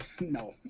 No